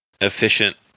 efficient